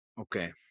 okay